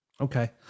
okay